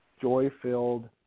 joy-filled